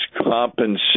compensation